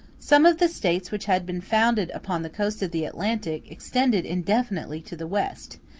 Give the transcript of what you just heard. some of the states which had been founded upon the coast of the atlantic, extended indefinitely to the west,